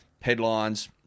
Headlines